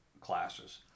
classes